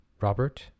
robert